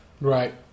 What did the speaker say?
Right